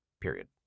Period